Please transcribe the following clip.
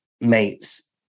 mates